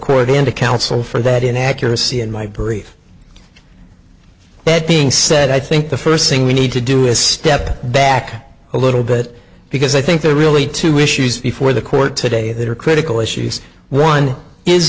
court into counsel for that inaccuracy in my brief that being said i think the first thing we need to do is step back a little bit because i think there are really two issues before the court today that are critical issues one is